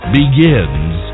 begins